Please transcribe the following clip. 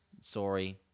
Sorry